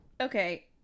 Okay